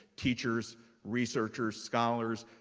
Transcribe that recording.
teachers, researchers, scholars,